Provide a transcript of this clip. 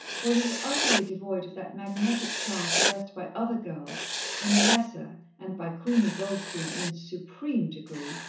was as utterly devoid of that magnetic charm possessed by other girls in a lesser, and by queenie goldstein in supreme, degree,